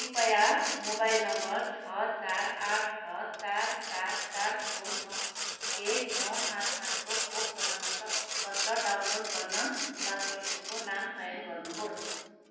कृपया mobile number छ चार आठ छ चार चार चारको नौ एक नौ पाँच पाँचको खोप प्रमाणपत्र पत्र डाउनलोड गर्न लाभार्थीको नाम चयन गर्नुहोस्